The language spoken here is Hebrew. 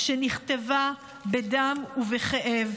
שנכתבה בדם ובכאב,